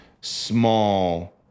small